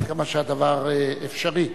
עד כמה שהדבר אפשרי,